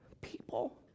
people